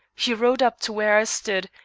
he rode up to where i stood,